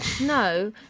No